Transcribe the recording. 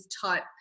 type